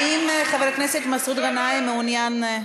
האם חבר הכנסת מסעוד גנאים מעוניין?